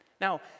Now